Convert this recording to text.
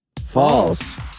False